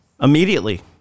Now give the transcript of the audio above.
immediately